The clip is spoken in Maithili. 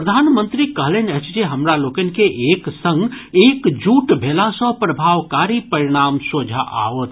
प्रधानमंत्री कहलनि अछि जे हमरा लोकनि के एक संग एकजुट भेला सँ प्रभावकारी परिणाम सोझा आओत